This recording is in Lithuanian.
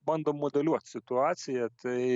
bandom modeliuot situaciją tai